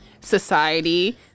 society